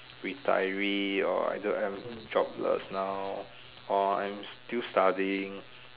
retiree or I don't have jobless now or I'm still studying